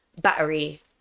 battery